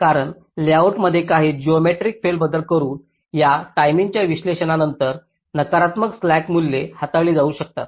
कारण लेआउटमध्ये काही जिओमेट्रीक फेरबदल करून या टाईमच्या विश्लेषणा नंतर नकारात्मक स्लॅक मूल्ये हाताळली जाऊ शकतात